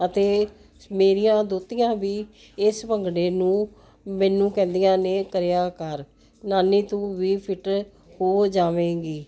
ਅਤੇ ਮੇਰੀਆਂ ਦੋਤੀਆਂ ਵੀ ਇਸ ਭੰਗੜੇ ਨੂੰ ਮੈਨੂੰ ਕਹਿੰਦੀਆਂ ਨੇ ਕਰਿਆ ਕਰ ਨਾਨੀ ਤੂੰ ਵੀ ਫਿਟ ਹੋ ਜਾਵੇਗੀ